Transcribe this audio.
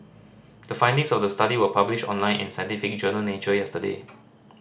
the findings of the study were published online in scientific journal Nature yesterday